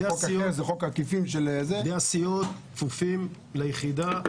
עובדי הסיעות כפופים ליחידה,